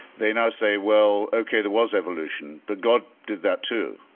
they now say, well, okay, there was evolution, but god did that, too.